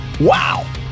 Wow